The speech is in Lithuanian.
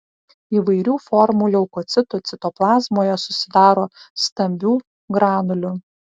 įvairių formų leukocitų citoplazmoje susidaro stambių granulių